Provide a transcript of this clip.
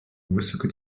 високо